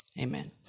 amen